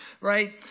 Right